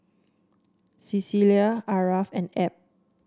Cecelia Aarav and Ebb